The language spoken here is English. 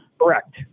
Correct